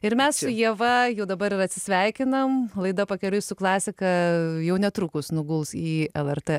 ir mes su ieva jau dabar ir atsisveikinam laida pakeliui su klasika jau netrukus nuguls į lrt